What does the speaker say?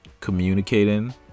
communicating